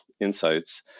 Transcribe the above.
insights